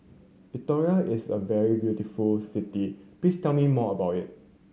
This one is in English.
Victoria is a very beautiful city please tell me more about it